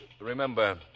remember